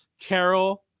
Carol